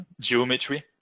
geometry